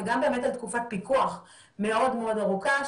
וגם באמת תקופת הפיקוח מאוד מאוד ארוכה,